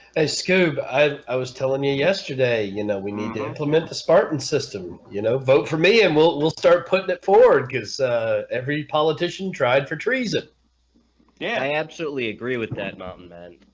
ah scoob. i i was telling you yesterday. you know we need to implement the spartan system you know vote for me, and we'll we'll start putting it forward gives every politician tried for treason yeah, i absolutely agree with that man